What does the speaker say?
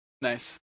Nice